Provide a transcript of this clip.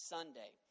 Sunday